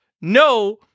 No